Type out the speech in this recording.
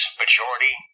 majority